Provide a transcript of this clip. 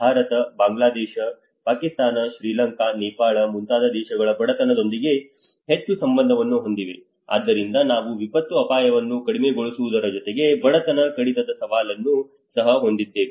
ಭಾರತ ಬಾಂಗ್ಲಾದೇಶ ಪಾಕಿಸ್ತಾನ ಶ್ರೀಲಂಕಾ ನೇಪಾಳ ಮುಂತಾದ ದೇಶಗಳು ಬಡತನದೊಂದಿಗೆ ಹೆಚ್ಚು ಸಂಬಂಧವನ್ನು ಹೊಂದಿವೆ ಆದ್ದರಿಂದ ನಾವು ವಿಪತ್ತು ಅಪಾಯವನ್ನು ಕಡಿಮೆಗೊಳಿಸುವುದರ ಜೊತೆಗೆ ಬಡತನ ಕಡಿತದ ಸವಾಲನ್ನು ಸಹ ಹೊಂದಿದ್ದೇವೆ